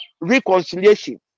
reconciliation